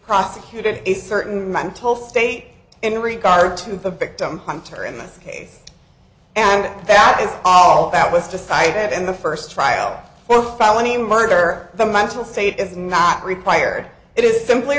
prosecutor is certain i'm told state in regard to the victim hunter in this case and that is all that was decided in the first trial for felony murder the mental state is not required it is simply